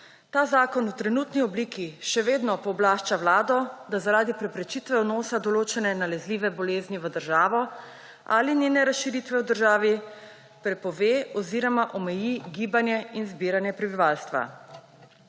Ta zakon v trenutni obliki še vedno pooblašča Vlado, da zaradi preprečitve vnosa določene nalezljive bolezni v državo ali njene razširitve v državi prepove oziroma omeji gibanje in zbiranje prebivalstva.